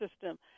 system